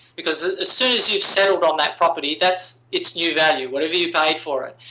because as soon as you've settled on that property, that's its new value whatever you paid for it.